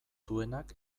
duenak